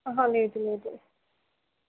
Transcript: లేదు లేదు